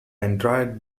entire